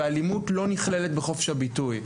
ואלימות לא נכללת בחופש הביטוי.